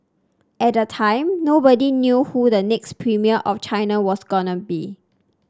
at the time nobody knew who the next premier of China was going be